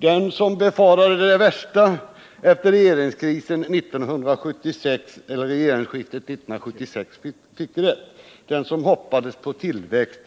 Den som befarade det värsta efter regeringsskiftet 1976 fick rätt — den som hoppades på tillväxt